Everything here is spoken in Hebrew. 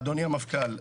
אדוני המפכ"ל,